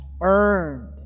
earned